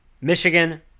Michigan